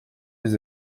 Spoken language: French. les